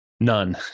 None